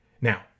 Now